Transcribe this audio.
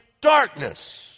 darkness